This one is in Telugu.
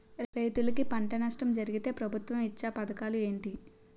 రైతులుకి పంట నష్టం జరిగితే ప్రభుత్వం ఇచ్చా పథకాలు ఏంటి?